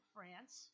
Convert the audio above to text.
France